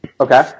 Okay